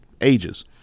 ages